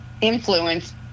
influence